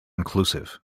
inclusive